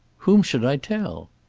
whom should i tell?